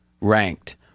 ranked